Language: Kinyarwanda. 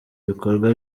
ibikorwa